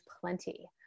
plenty